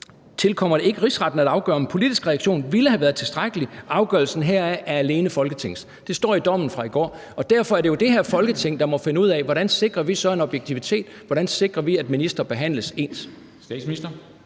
tilkommer det ikke Rigsretten at afgøre, om en politisk reaktion ville have været tilstrækkelig, afgørelsen heraf er alene Folketingets. Det står i dommen fra i går. Derfor er det jo det her Folketing, der må finde ud af, hvordan vi så sikrer en objektivitet, hvordan vi sikrer, at ministre behandles ens.